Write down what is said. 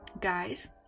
guys